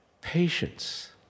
Patience